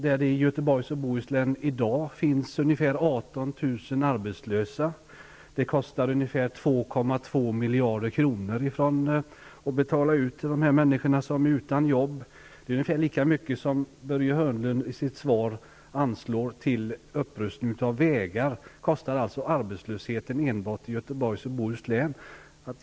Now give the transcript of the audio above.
Det finns i Göteborgs och Bohus län i dag ungefär 18 000 arbetslösa. Det kostar ca 2,2 miljarder kronor att betala ut ersättning till de människor som är utan jobb. Det är ungefär lika mycket som Börje Hörnlund enligt sitt svar anslår till upprustning av vägar. Detta kostar alltså arbetslösheten enbart i Göteborgs och Bohus län.